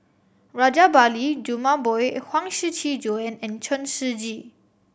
Rajabali Jumabhoy Huang Shiqi Joan and Chen Shiji